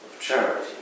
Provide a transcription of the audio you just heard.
charity